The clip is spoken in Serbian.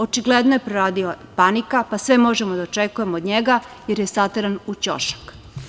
Očigledno je proradila panika, pa sve možemo da očekujemo od njega, jer je sateran u ćošak.